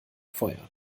feuer